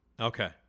Okay